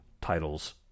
titles